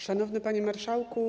Szanowny Panie Marszałku!